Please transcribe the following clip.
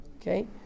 okay